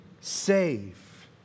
save